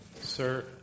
sir –